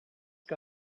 que